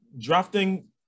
drafting